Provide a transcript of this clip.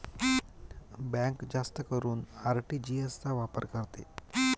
bank जास्त करून RTGS चा वापर करते